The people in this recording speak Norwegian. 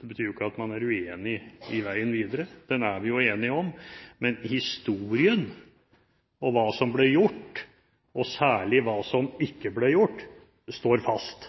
Det betyr jo ikke at man er uenig i veien videre – den er vi jo enige om – men historien om hva som ble gjort, og særlig om hva som ikke ble gjort, står fast.